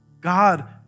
God